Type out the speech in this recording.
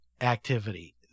activity